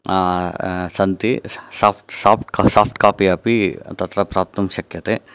सन्ति साफ्ट् साफ्ट् साफ्ट्कापि अपि तत्र प्राप्तुं शक्यते